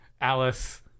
Alice